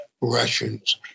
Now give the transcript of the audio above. Russians